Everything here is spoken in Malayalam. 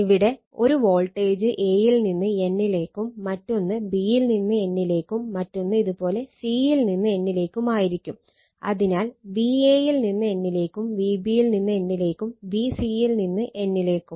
ഇവിടെ ഒരു വോൾട്ടേജ് a യിൽ നിന്ന് n ലേക്കും മറ്റൊന്ന് b യിൽ നിന്ന് n ലേക്കും മറ്റൊന്ന് ഇത് പോലെ c യിൽ നിന്ന് n ലേക്കും ആയിരിക്കും അതിനാൽ Va യിൽ നിന്ന് n ലേക്കും V b യിൽ നിന്ന് n ലേക്കും V c യിൽ നിന്ന് n ലേക്കും